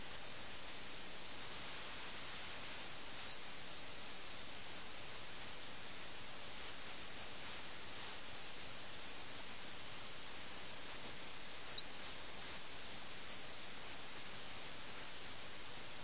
നഗരം മുഴുവൻ English east India കമ്പനിയുടെ പിടിയിൽ അകപ്പെടുമ്പോൾ അവർ ആകെ കൂടി ചെയ്യാൻ ആഗ്രഹിക്കുന്നത് കളിക്കുക അവരുടെ കളി തുടരുക എന്നതാണ്